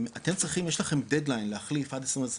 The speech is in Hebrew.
יש לכם דד ליין להחליף עד 2026,